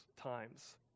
times